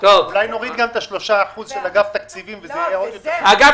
אולי נוריד גם את ה-3% של אגף תקציבים וזה יהיה עוד יותר --- אגף